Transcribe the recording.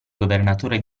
governatore